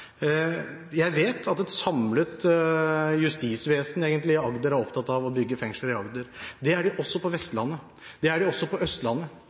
Jeg vet at et samlet justisvesen i Agder er opptatt av å bygge fengsel i Agder. Man er også opptatt av å bygge fengsel på Vestlandet, det er man også på Østlandet,